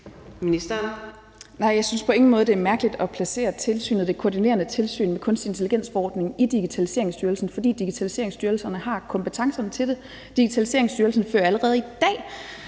jeg synes på ingen måde, det er mærkeligt at placere det koordinerende tilsyn med kunstig intelligens-forordningen i Digitaliseringsstyrelsen, fordi Digitaliseringsstyrelsen har kompetencerne til det. Digitaliseringsstyrelsen fører allerede i dag